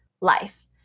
life